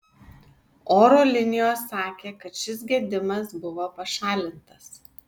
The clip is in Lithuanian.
oro linijos sakė kad šis gedimas buvo pašalintas